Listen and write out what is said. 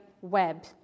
web